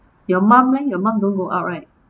you mum leh your mum don't go out right